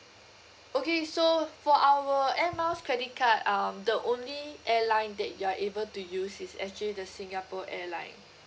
okay so for our air miles credit card um the only airline that you're able to use is actually the singapore airline